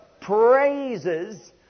praises